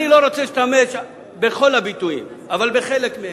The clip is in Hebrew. אני לא רוצה להשתמש בכל הביטויים, אבל בחלק מהם,